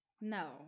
No